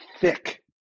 thick